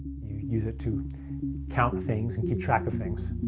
you use it to count things and keep track of things.